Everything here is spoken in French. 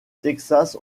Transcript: texas